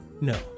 No